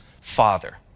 father